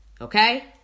Okay